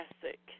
classic